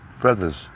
brothers